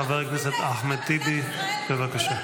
חבר הכנסת אחמד טיבי, בבקשה.